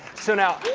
so, now